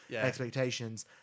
expectations